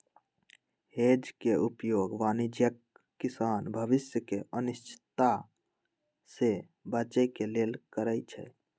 hedge के उपयोग वाणिज्यिक किसान भविष्य के अनिश्चितता से बचे के लेल करइ छै